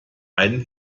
einen